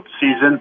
season